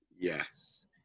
yes